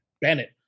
Bennett